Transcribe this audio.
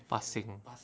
passing